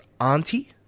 auntie